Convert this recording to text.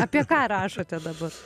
apie ką rašote dabar